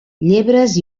llebres